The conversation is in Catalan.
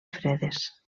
fredes